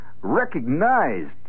recognized